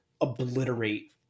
obliterate